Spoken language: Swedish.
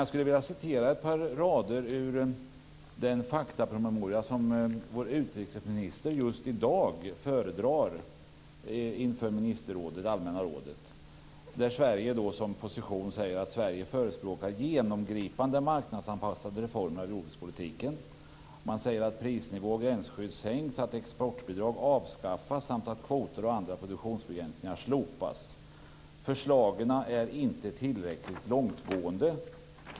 Jag skulle vilja återge ett par rader ur den faktapromemoria som vår utrikesminister just i dag föredrar inför Allmänna rådet. Man säger att Sveriges position är att Sverige förespråkar genomgripande marknadsanpassade reformer i jordbrukspolitiken, att prisnivå och gränsskydd sänks, exportbidrag avskaffas samt att kvoter och andra produktionsbegränsningar slopas. Förslagen är inte tillräckligt långtgående.